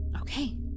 Okay